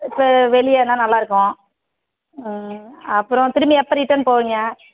இப்போ வெளியனா நல்லாருக்கும் ம் அப்புறம் திரும்பி எப்போ ரிட்டன் போவீங்க